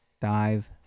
dive